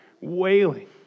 wailing